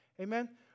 Amen